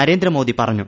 നരേന്ദ്രമോദി പറഞ്ഞു